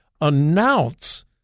announce